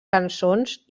cançons